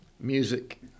Music